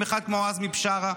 אחד כמו עזמי בשארה.